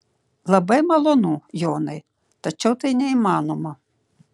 labai malonu jonai tačiau tai neįmanoma